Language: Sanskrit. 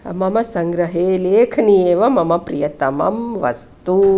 मम सङ्ग्रहे लेखनी एव मम प्रियतमं वस्तुः